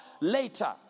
later